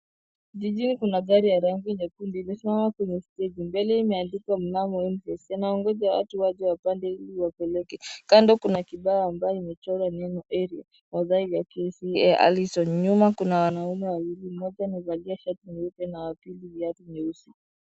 Jijini kuna gari ya rangi nyekundu imesimama kwenye steji. Mbele yake imeandikwa Mnano Enterprise. Inawagonja watu waje wapande ili iwapeleke. Kando kuna kibao ambayo imechorwa neno, Area, Ai, Alison. Nyuma kuna wanaume, mmoja amevalia shati nyeupe na wa pili viatu nyeusi.